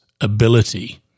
ability